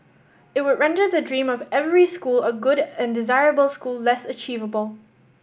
it would render the dream of every school a good and desirable school less achievable